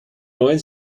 neuen